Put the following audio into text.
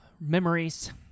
Memories